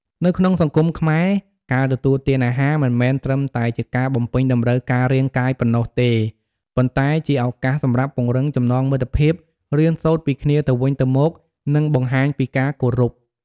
នៅក្នុងសង្គមខ្មែរ ការទទួលទានអាហារមិនមែនត្រឹមតែជាការបំពេញតម្រូវការរាងកាយប៉ុណ្ណោះទេ ប៉ុន្តែជាឱកាសសម្រាប់ពង្រឹងចំណងមិត្តភាព រៀនសូត្រពីគ្នាទៅវិញទៅមក និងបង្ហាញពីការគោរព។